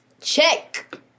Check